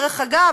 דרך אגב,